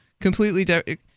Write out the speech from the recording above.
Completely